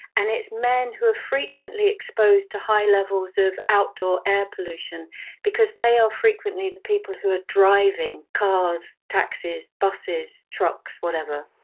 and it's men who are frequently exposed to high levels of outdoor air pollution because they are frequently the people who are driving cars, taxis, buses, trucks, whatever